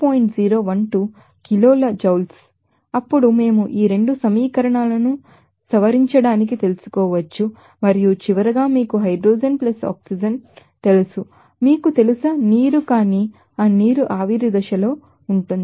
012 కిలోల జౌల్స్ అప్పుడు మేము ఈ 2 సమీకరణాలను సవరించడాన్ని తెలుసుకోవచ్చు మరియు చివరగా మీకు హైడ్రోజన్ ఆక్సిజన్ తెలుసు మీకు తెలుసా నీరు కానీ ఆ నీరు ఆవిరి దశలో ఉంటుంది